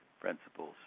principles